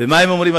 ומה הם אומרים,